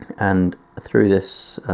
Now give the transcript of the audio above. and through this.